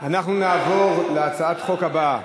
אנחנו נעבור להצעת החוק הבאה,